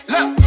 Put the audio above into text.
Look